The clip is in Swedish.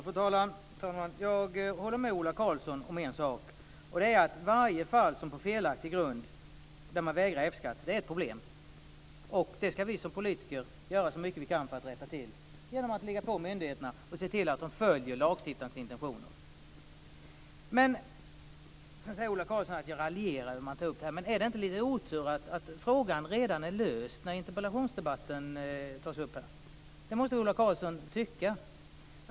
Fru talman! Jag håller med Ola Karlsson om en sak. Det är att varje fall där man vägrar F-skatt på felaktig grund är ett problem. Det skall vi som politiker göra så mycket vi kan för att rätta till. Vi skall ligga på myndigheterna och se till att de följer lagstiftarens intentioner. Sedan säger Ola Karlsson att jag raljerade. Men är det inte lite otur att frågan redan är löst när interpellationsdebatten tas upp? Det måste Ola Karlsson tycka.